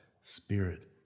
spirit